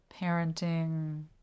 parenting